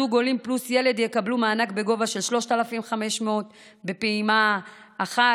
זוג עולים פלוס ילד יקבלו מענק בסכום של 3,500 בפעימה אחת,